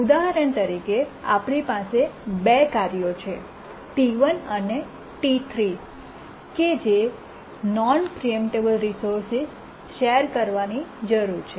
ઉદાહરણ તરીકે આપણી પાસે 2 કાર્યો છે T1 અને T3 કે જેને નોન પ્રીએમ્પટેબલ રિસોર્સ શેર કરવાની જરૂર છે